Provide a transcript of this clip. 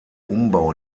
umbau